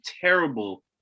terrible